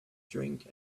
drink